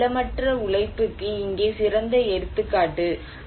எனவே நிலமற்ற உழைப்புக்கு இங்கே சிறந்த எடுத்துக்காட்டு